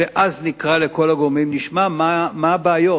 ואז נקרא לכל הגורמים ונשמע מהן הבעיות.